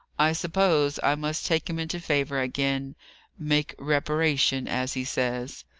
i suppose i must take him into favour again make reparation as he says.